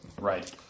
Right